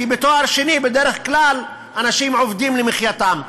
כי בתואר שני בדרך כלל אנשים עובדים למחייתם,